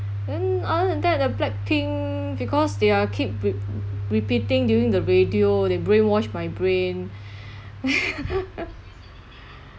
then other than that the blackpink because they are keep rep~ repeating during the radio they brainwashed my brain